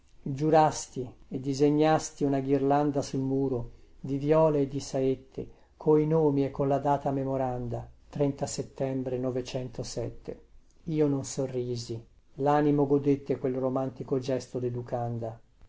giurasti e disegnasti una ghirlanda sul muro di viole e di saette coi nomi e con la data memoranda trenta settembre novecentosette io non sorrisi lanimo godette quel romantico gesto deducanda